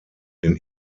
den